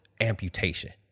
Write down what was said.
amputation